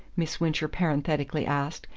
miss wincher parenthetically asked,